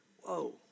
Whoa